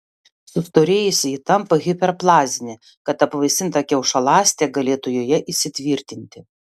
sustorėjusi ji tampa hiperplazinė kad apvaisinta kiaušialąstė galėtų joje įsitvirtinti